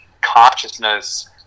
consciousness